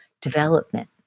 development